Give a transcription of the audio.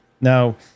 Now